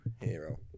hero